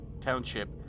Township